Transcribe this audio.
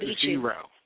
zero